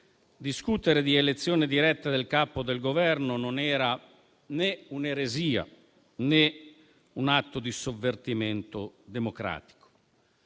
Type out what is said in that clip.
discutere di elezione diretta del Capo del Governo non era né un'eresia, né un atto di sovvertimento democratico.